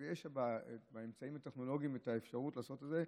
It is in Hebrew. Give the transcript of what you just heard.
ויש באמצעים הטכנולוגיים האפשרות לעשות את זה,